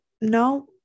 no